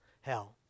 hell